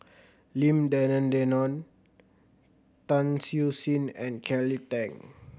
Lim Denan Denon Tan Siew Sin and Kelly Tang